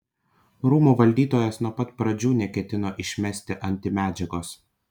rūmų valdytojas nuo pat pradžių neketino išmesti antimedžiagos